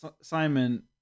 Simon